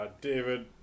David